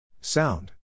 sound